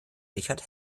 richard